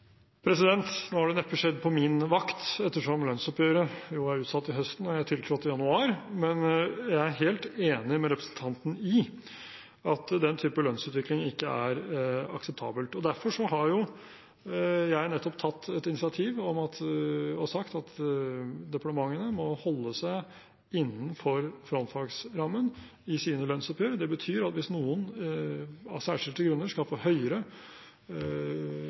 Nå har det neppe skjedd på min vakt ettersom lønnsoppgjøret i år er utsatt til høsten og jeg tiltrådte i januar. Men jeg er helt enig med representanten i at den typen lønnsutvikling ikke er akseptabel. Derfor har jeg nettopp tatt et initiativ og sagt at departementene må holde seg innenfor frontfagsrammen i sine lønnsoppgjør. Det betyr at hvis noen av særskilte grunner skal få høyere